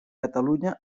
catalunya